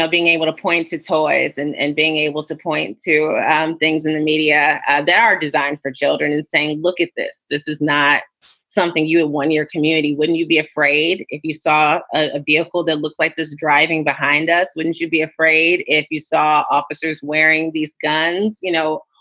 being able to point to toys and and being able to point to and things in the media that are designed for children and saying, look at this, this is not something you have won your community. wouldn't you be afraid if you saw a vehicle that looks like this driving behind us? wouldn't you be afraid if you saw officers wearing these guns, you know,